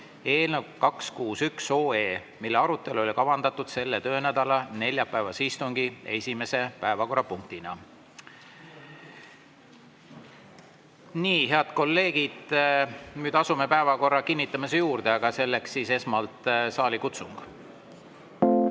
eelnõu 261, mille arutelu oli kavandatud selle töönädala neljapäevase istungi esimese päevakorrapunktina. Head kolleegid, nüüd asume päevakorra kinnitamise juurde, aga selleks esmalt saalikutsung. Head